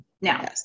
Now